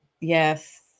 Yes